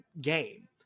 game